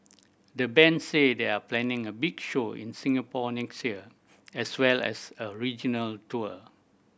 the band say they are planning a big show in Singapore next year as well as a regional tour